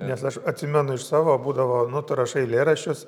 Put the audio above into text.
nes aš atsimenu iš savo būdavo nu tu rašai eilėraščius